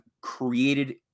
created